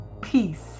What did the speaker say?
peace